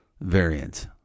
variant